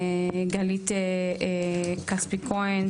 גלית כספי כהן,